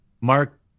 mark